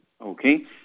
Okay